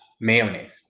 mayonnaise